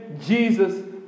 Jesus